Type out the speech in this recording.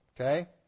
Okay